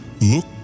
Look